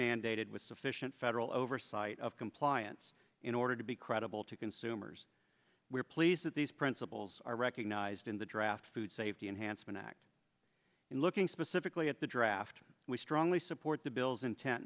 mandated with sufficient federal oversight of compliance in order to be credible to consumers we're pleased that these principles are recognized in the draft food safety and hansen act and looking specifically at the draft we strongly support the bill's intent